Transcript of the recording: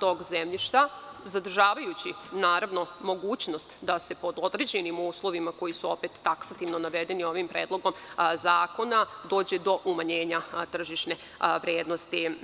tog zemljišta, zadržavajući naravno mogućnost da se pod određenim uslovima koji su opet taksativno navedeni ovim Predlogom zakona, dođe do umanjenja tržišne vrednosti.